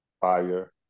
fire